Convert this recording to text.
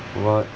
what